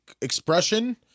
expression